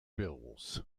bills